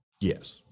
Yes